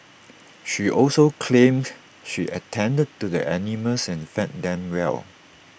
she also claimed she attended to the animals and fed them well